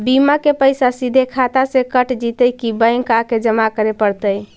बिमा के पैसा सिधे खाता से कट जितै कि बैंक आके जमा करे पड़तै?